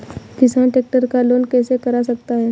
किसान ट्रैक्टर का लोन कैसे करा सकता है?